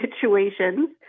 situations